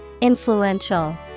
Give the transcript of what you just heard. Influential